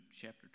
chapter